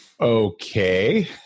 Okay